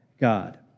God